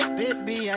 baby